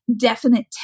definite